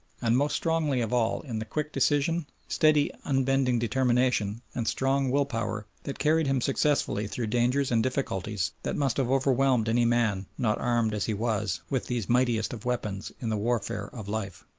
and most strongly of all in the quick decision, steady, unbending determination and strong will-power that carried him successfully through dangers and difficulties that must have overwhelmed any man not armed, as he was, with these mightiest of weapons in the warfare of life.